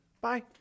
Bye